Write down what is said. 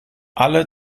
alle